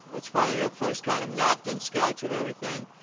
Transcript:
it's funny. the ah first kind of napkin sketch of everything,